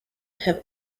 have